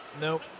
Nope